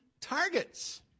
targets